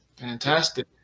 Fantastic